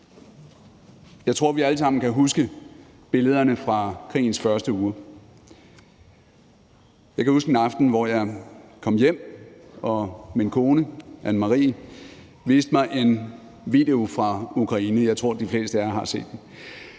Jeg tror, vi alle sammen kan huske billederne fra krigens første uger. Jeg kan huske en aften, hvor jeg kom hjem, og min kone, Anne Marie, viste mig en video fra Ukraine – jeg tror, de fleste af jer har set den.